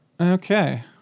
okay